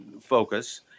focus